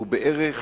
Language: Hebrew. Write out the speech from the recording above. הוא בערך